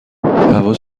هوا